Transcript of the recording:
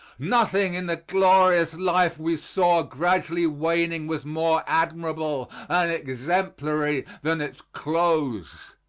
nothing in the glorious life we saw gradually waning was more admirable and exemplary than its close.